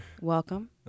Welcome